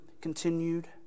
continued